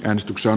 äänestyksen